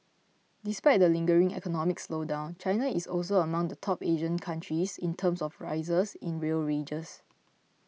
despite the lingering economic slowdown China is also among the top Asian countries in terms of rises in real wages